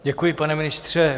Děkuji, pane ministře.